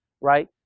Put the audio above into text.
right